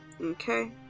Okay